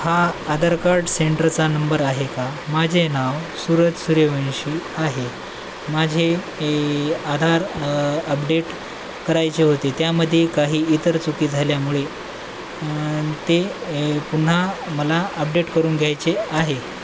हा आधार कार्ड सेंटरचा नंबर आहे का माझे नाव सुरज सूर्यवंशी आहे माझे ए आधार अपडेट करायचे होते त्यामध्ये काही इतर चुकी झाल्यामुळे ते पुन्हा मला अपडेट करून घ्यायचे आहे